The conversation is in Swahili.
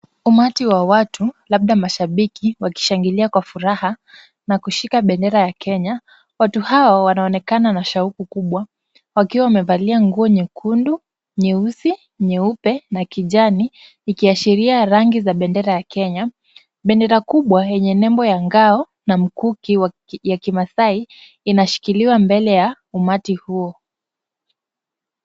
Umati wa watu, labda mashabiki, wakishangilia kwa furaha na kushika bendera ya Kenya. Watu hao wanaonekana na shauku kubwa wakiwa wamevalia nguo nyekundu, nyeusi, nyeupe na kijani, ikiashiria rangi za bendera ya kenya. Bendera kubwa yenye nembo ya ngao na mkuki wa kimasai inashikiliwa mbele ya umati huo.